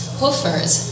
hoofers